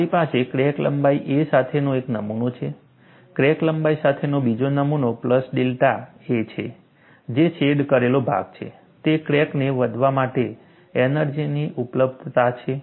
મારી પાસે ક્રેક લંબાઈ a સાથેનો એક નમૂનો છે ક્રેક લંબાઈ સાથેનો બીજો નમૂનો પ્લસ ડેલ્ટા a છે જે શેડ કરેલો ભાગ છે તે ક્રેકને વધવા માટે એનર્જીની ઉપલબ્ધતા છે